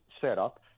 setup